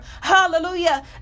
Hallelujah